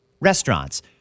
restaurants